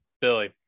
Billy